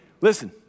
listen